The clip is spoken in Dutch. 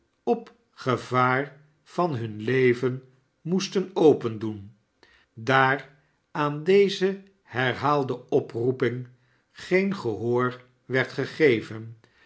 op gevaar van hun leven moesten opendoen daar aan deze herhaalde oproeping geen gehoor werd gegeven